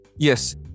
Yes